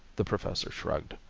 the professor shrugged.